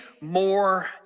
more